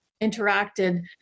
interacted